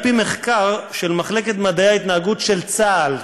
על פי מחקר של מחלקת מדעי ההתנהגות של צה"ל,